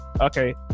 okay